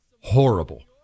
horrible